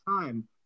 time